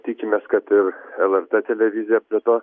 tikimės kad ir lrt televizija prie to